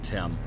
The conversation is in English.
Tim